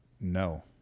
No